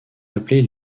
appelés